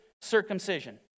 circumcision